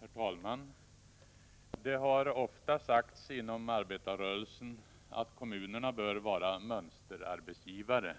Herr talman! Det har ofta sagts inom arbetarrörelsen att kommunerna bör vara mönsterarbetsgivare.